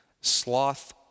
Sloth